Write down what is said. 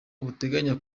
buteganya